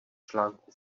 článků